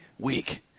week